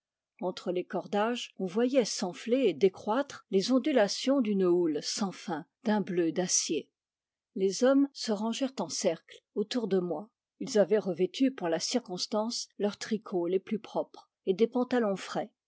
entre les cordages on voyait s'enfler et décroître les ondulations d'une houle sans fin d'un bleu d'acier les hommes se rangèrent en cercle autour de moi ils avaient revêtu pour la circonstance leurs tricots les plus propres et des pantalons frais